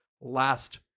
last